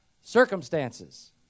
circumstances